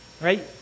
Right